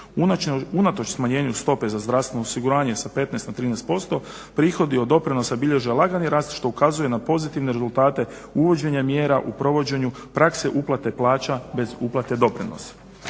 Unatoč smanjenju stope za zdravstveno osiguranje sa 15 na 13% prihodi od doprinosa bilježe lagani rast što ukazuje na pozitivne rezultate uvođenja mjera u provođenju prakse uplate plaća bez uplate doprinosa.